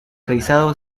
rizado